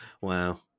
Wow